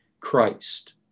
Christ